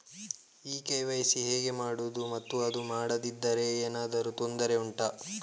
ಈ ಕೆ.ವೈ.ಸಿ ಹೇಗೆ ಮಾಡುವುದು ಮತ್ತು ಅದು ಮಾಡದಿದ್ದರೆ ಏನಾದರೂ ತೊಂದರೆ ಉಂಟಾ